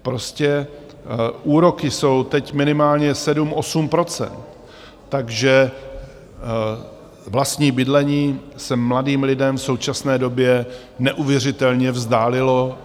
Prostě úroky jsou teď minimálně sedm osm procent, takže vlastní bydlení se mladým lidem v současné době neuvěřitelně vzdálilo.